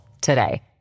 today